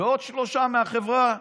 ועוד שלושה מהחברה.